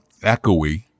echoey